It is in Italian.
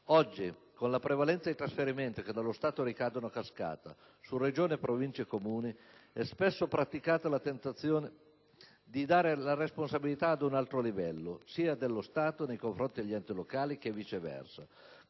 Oggi, con la prevalenza dei trasferimenti che dallo Stato ricadono a cascata su Regioni, Province e Comuni, è spesso praticata la tentazione di dare la responsabilità ad un altro livello, sia dello Stato nei confronti degli enti locali, che viceversa.